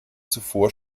zuvor